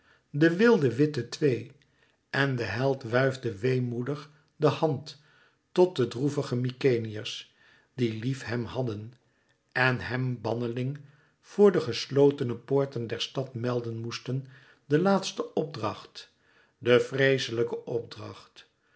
de wilde witte twee en de held wuifde weemoedig de hand tot de droevige mykenæërs die lief hem hadden en hem banneling voor de geslotene poorten der stad melden moesten den laatsten opdracht den vreeslijken opdracht